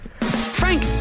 Frank